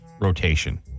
rotation